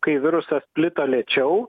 kai virusas plito lėčiau